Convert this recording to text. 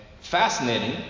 fascinating